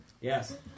Yes